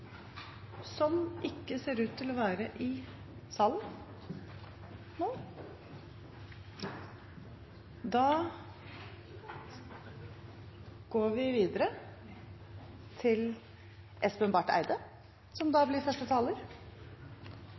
for sakene, ser ikke ut til å være i salen. Da går vi videre til representanten Espen Barth Eide.